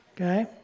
Okay